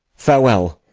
farewell.